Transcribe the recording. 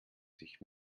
sich